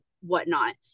whatnot